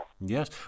Yes